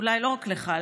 אולי לא רק לך,